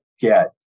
get